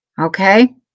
okay